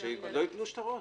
--- אז שלא יתנו שטרות.